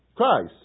Christ